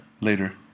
Later